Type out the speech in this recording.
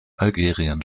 algerien